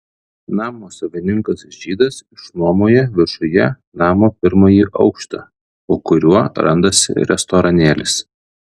namo savininkas žydas išnuomoja viršuje namo pirmąjį aukštą po kuriuo randasi restoranėlis